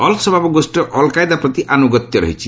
all Shabaab ଗୋଷ୍ଠୀର al Qaeda ପ୍ରତି ଆନ୍ଦଗତ୍ୟ ରହିଛି